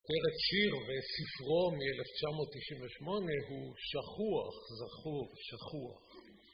פרץ שיר וספרו מ-1998 הוא שכוח, זכור, שכוח.